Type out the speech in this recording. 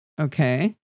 Okay